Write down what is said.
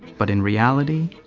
but in reality,